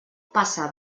passa